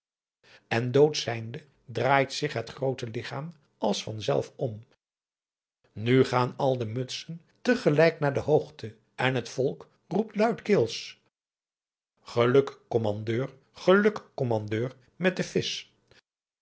en dood zijnde draait zich het groote ligchaam als van zelf om nu gaan al de mutsen te gelijk naar de hoogte en het volk roept luidkeels geluk kommandeur geluk kommandeur met den visch